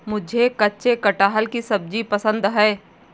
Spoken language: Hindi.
मुझे कच्चे कटहल की सब्जी पसंद है